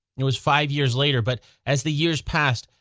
it was five years later, but as the years passed,